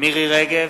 מירי רגב,